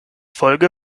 folge